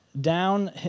down